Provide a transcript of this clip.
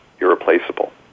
irreplaceable